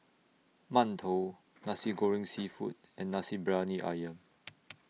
mantou Nasi Goreng Seafood and Nasi Briyani Ayam